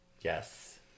Yes